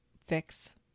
fix